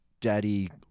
daddy